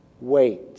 wait